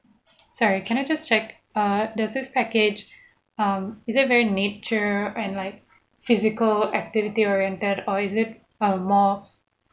sorry can I just check ah that's this package um is it very nature and like physical activity oriented or is it a more